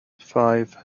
five